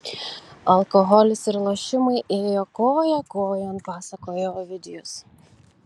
alkoholis ir lošimai ėjo koja kojon pasakoja ovidijus